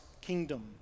kingdom